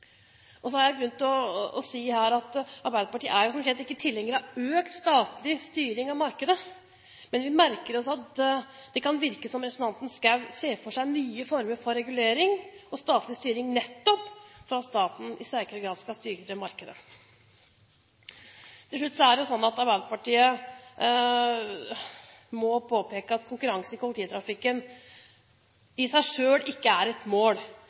Arbeiderpartiet er jo som kjent ikke tilhenger av økt statlig styring av markedet, men vi merker oss at det kan virke som representanten Schou ser for seg nye former for regulering og statlig styring, nettopp at staten i sterkere grad skal styre markedet. Til slutt: Arbeiderpartiet må påpeke at konkurranse i kollektivtrafikken i seg selv ikke er et mål,